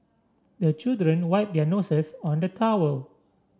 the children wipe their noses on the towel